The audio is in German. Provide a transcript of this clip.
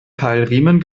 keilriemen